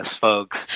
folks